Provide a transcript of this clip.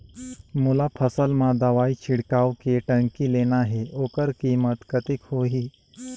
मोला फसल मां दवाई छिड़काव के टंकी लेना हे ओकर कीमत कतेक होही?